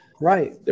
Right